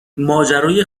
ماجرای